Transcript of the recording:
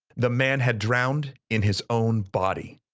the man had drowned in his own body,